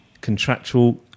contractual